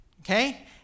okay